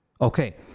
okay